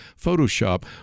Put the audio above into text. Photoshop